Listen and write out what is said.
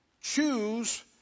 choose